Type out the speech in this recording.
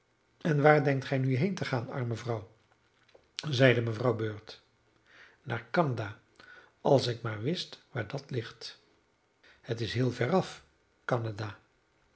en waar denkt gij nu heen te gaan arme vrouw zeide mevrouw bird naar canada als ik maar wist waar dat ligt het is heel veraf canada